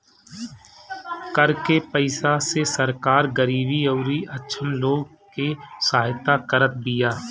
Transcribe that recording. कर के पईसा से सरकार गरीबी अउरी अक्षम लोग के सहायता करत बिया